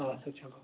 اَدٕ سا چلو